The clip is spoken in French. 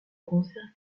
concerts